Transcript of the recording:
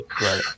Right